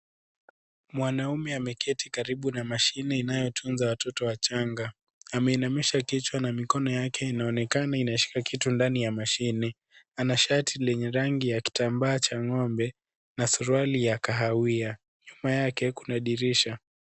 Mwanaume ameketi karibu na mashini inayotunza watoto wachanga. Ameinamisha kichwa na mikono yake inaonekana inashika kitu ndani ya mashini. Ana shati lenye rangi ya kitambaa cha ng'ombe, na suruali ya kahawia. Nyuma yake kuna dirisha.